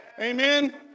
Amen